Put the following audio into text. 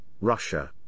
Russia